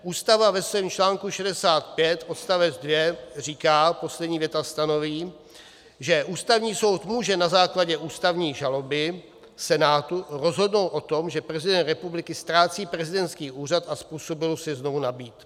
Ústava ve svém čl. 65 odst. 2 říká, poslední věta stanoví, že Ústavní soud může na základě ústavní žaloby Senátu rozhodnout o tom, že prezident republiky ztrácí prezidentský úřad a způsobilost jej znovu nabýt.